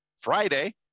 Friday